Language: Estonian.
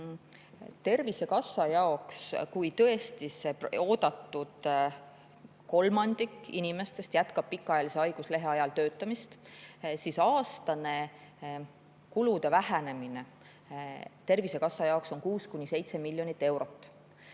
Tervisekassa jaoks, kui tõesti see oodatud kolmandik inimestest jätkab pikaajalise haiguslehe ajal töötamist, on aastane kulude vähenemine 6–7 miljonit eurot.